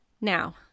Now